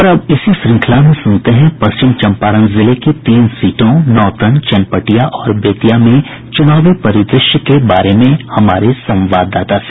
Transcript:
और अब इसी श्रंखला में सुनते हैं पश्चिम चंपारण जिले की तीन सीटों नौतन चनपटिया और बेतिया में चुनावी परिदृश्य के बारे में हमारे संवाददाता से